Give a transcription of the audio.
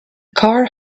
car